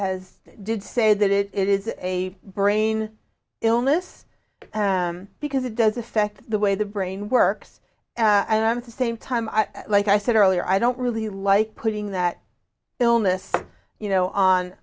has did say that it is a brain illness because it does affect the way the brain works and i'm of the same time like i said earlier i don't really like putting that illness you know on